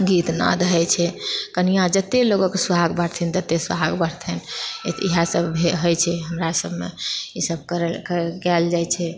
गीत नाद होइत छै कनियाँ जते लोककेँ सोहाग बाँटथिन तते सोहाग बढ़तनि इएह सभ होइत छै हमरा सभमे ई सभ करल करल कएल जाइत छै